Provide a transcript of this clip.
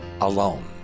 alone